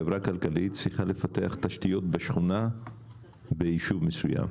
חברה כלכלית צריכה לפתח תשתיות בשכונה וביישוב מסוים.